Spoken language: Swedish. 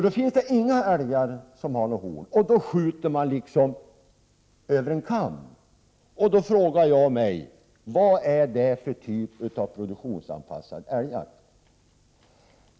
Det finns då inga älgar som har horn, och man kommer således att skjuta ”över en kam”. Jag frågar mig då vad det är för typ av produktionsanpassad älgjakt.